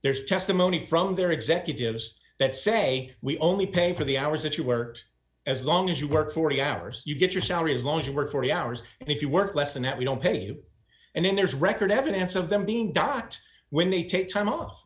there's testimony from their executives that say we only pay for the hours that you work as long as you work forty hours you get your salary as long as you work forty hours and if you work less than that we don't pay you and then there's record evidence of them being docked when they take time off